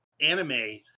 anime